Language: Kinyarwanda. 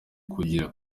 kugira